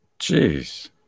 Jeez